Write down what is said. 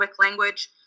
language